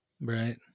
Right